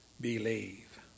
believe